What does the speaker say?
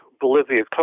Bolivia